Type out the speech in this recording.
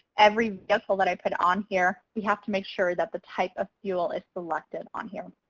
every vessel that i put on here, we have to make sure that the type of fuel is selected on here.